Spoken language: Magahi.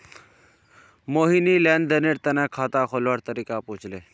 मोहिनी लेन देनेर तने खाता खोलवार तरीका पूछले